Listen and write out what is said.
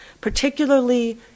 particularly